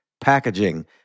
packaging